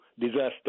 disaster